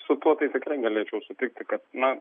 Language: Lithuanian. su tuo tai tikrai galėčiau sutikti kad na